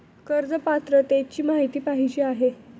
कर्ज पात्रतेची माहिती पाहिजे आहे?